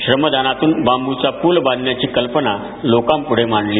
श्रमदानातुन बांबुचा पुल बांधण्याची कल्पना लोकांपुढे मांडली